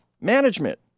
Management